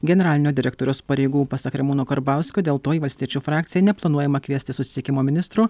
generalinio direktoriaus pareigų pasak ramūno karbauskio dėl to į valstiečių frakciją neplanuojama kviesti susisiekimo ministro